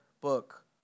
book